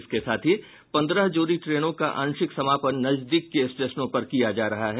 इसके साथ ही पन्द्रह जोड़ी ट्रेनों का आंशिक समापन नजदीक के स्टेशनों पर किया जा रहा है